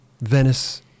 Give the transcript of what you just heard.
Venice